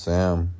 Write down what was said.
Sam